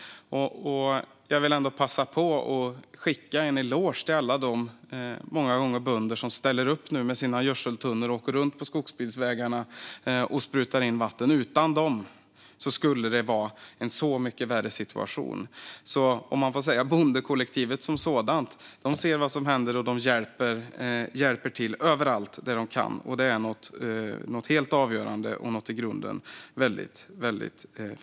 Jag vill passa på att skicka en eloge till alla dem - många gånger bönder - som nu ställer upp med sina gödseltunnor, åker runt på skogsbilvägarna och sprutar in vatten. Utan dem skulle det vara en mycket värre situation. Bondekollektivet - om jag får säga så - ser vad som händer och hjälper till överallt där de kan. Detta är helt avgörande och i grunden väldigt fint.